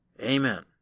Amen